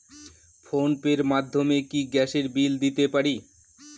Phone pay র মাধ্যমে কি গ্যাসের বিল দিতে পারি?